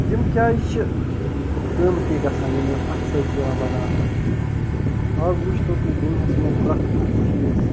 یِم کیٛازِ چھِ قۭمتی گژھان یم یم اَتھٕ سۭتۍ چھِ یِوان بناونہٕ اَز وُچھتَو تُہۍ دُنیاہَس منٛز پرٛتھ کانٛہہ چیٖز